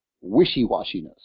wishy-washiness